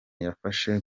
yafashe